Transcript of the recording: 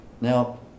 now